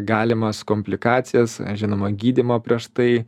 galimas komplikacijas žinoma gydymo prieš tai